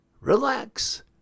relax